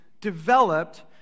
developed